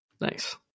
Nice